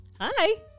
Hi